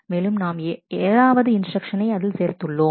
மேலும் நாம் ஏழாவது இன்ஸ்டிரக்ஷனை அதில் சேர்த்துள்ளோம்